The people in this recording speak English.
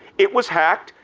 it was hacked,